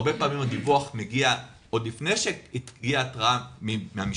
הרבה פעמים הדיווח מגיע עוד לפני שהגיעה ההתרעה מהמשטרה,